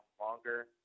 longer